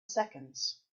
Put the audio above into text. seconds